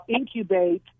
incubate